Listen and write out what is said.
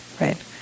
right